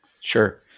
Sure